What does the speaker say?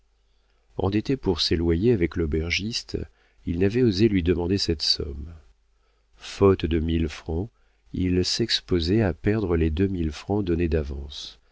pierrotin endetté pour ses loyers avec l'aubergiste il n'avait osé lui demander cette somme faute de mille francs il s'exposait à perdre les deux mille francs donnés d'avance